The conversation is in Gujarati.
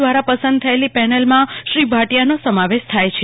દ્રારા પસંદ થયેલી પેનલમાં શ્રી ભાટિયાનો સમાવેશ થાય છે